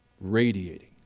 radiating